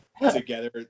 together